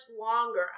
longer